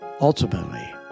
Ultimately